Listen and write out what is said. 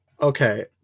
Okay